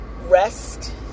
rest